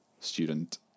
student